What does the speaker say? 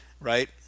right